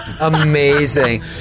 amazing